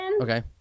Okay